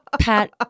Pat